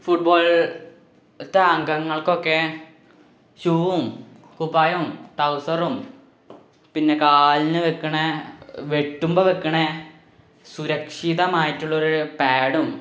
ഫുട്ബോളിലത്തെ അംഗങ്ങള്ക്കൊക്കെ ഷൂവും കുപ്പായവും ട്രൗസറും പിന്നെ കാൽനു വെക്കണെ വെട്ടുമ്പോൾ വെക്കണെ സുരക്ഷിതമായിട്ടുള്ളൊ രു പാഡും